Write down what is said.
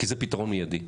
כי זה פתרון מיידי.